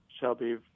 Shelby